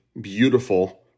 beautiful